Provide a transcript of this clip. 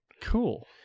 Cool